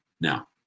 Now